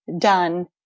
done